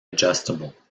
adjustable